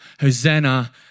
Hosanna